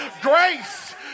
grace